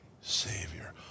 Savior